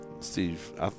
Steve